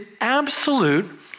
absolute